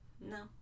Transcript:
No